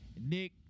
Nick